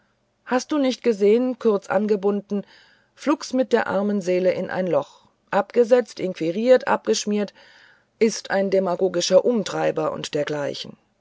hast du nicht gesehen kurz angebunden flugs mit der armen seele in ein loch abgesetzt inquiriert abgeschmiert ist ein demagogischer umtreiber und dergleichen